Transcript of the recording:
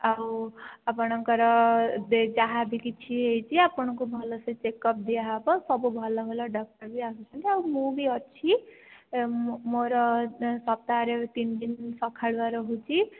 ଆଉ ଆପଣଙ୍କର ଯାହା ବି କିଛି ହୋଇଛି ଆପଣଙ୍କୁ ଭଲ ସେ ଚେକ୍ ଅପ ଦିଆ ହେବ ସବୁ ଭଲ ଭଲ ଡକ୍ଟର ବି ଆସୁଛନ୍ତି ଆଉ ମୁଁ ବି ଅଛି ମୋର ସପ୍ତାହରେ ତିନିଦିନ ସଖାଳୁଆ ରହୁଛି